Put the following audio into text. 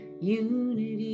unity